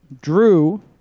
Drew